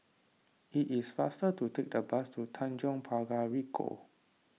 it is faster to take the bus to Tanjong Pagar Ricoh